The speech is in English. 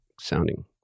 sounding